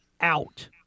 out